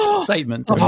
statements